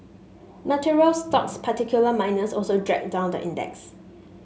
materials stocks particular miners also dragged down the index